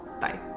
Bye